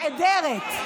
נעדרת בעי"ן.